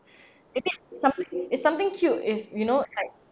maybe something it's something cute if you know like